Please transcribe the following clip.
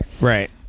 right